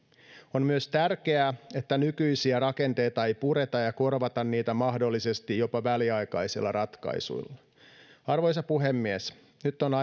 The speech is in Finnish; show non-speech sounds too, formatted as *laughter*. on myös tärkeää että nykyisiä rakenteita ei pureta ja korvata niitä mahdollisesti jopa väliaikaisilla ratkaisuilla arvoisa puhemies nyt on *unintelligible*